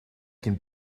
can